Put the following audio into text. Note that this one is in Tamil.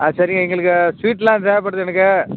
ஆ சரிங்க எங்களுக்கு ஸ்வீட்லாம் தேவைப்படுது எனக்கு